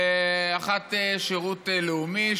ואחת בשירות לאומי,